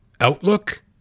Outlook